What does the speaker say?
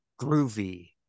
Groovy